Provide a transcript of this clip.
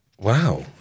Wow